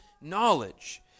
knowledge